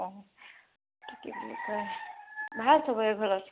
অঁ কি বুলি কয় ভাল সবৰে ঘৰত